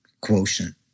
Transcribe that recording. quotient